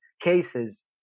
cases